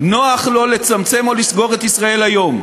נוח לו לצמצם או לסגור את "ישראל היום",